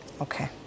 Okay